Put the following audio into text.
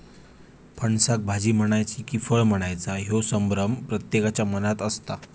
फणसाक भाजी म्हणायची कि फळ म्हणायचा ह्यो संभ्रम प्रत्येकाच्या मनात असता